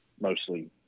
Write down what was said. mostly